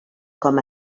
com